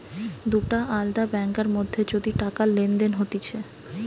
দুটা আলদা ব্যাংকার মধ্যে যদি টাকা লেনদেন হতিছে